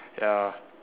ya